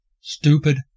stupid